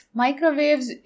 microwaves